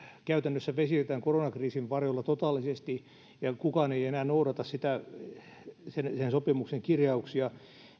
käytännössä vesitetään koronakriisin varjolla totaalisesti ja kukaan ei enää noudata sen sen sopimuksen kirjauksia